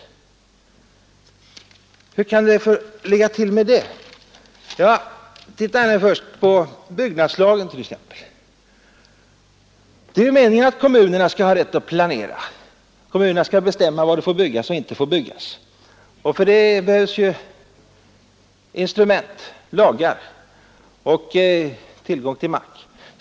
Hur kan det ligga till med detta? Se t.ex. först på byggnadslagen! Det är meningen att kommunerna skall ha rätt att planera och bestämma var det får byggas och var det inte får byggas. För detta behövs instrument — lagar och tillgång till mark.